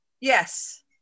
Yes